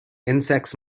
insects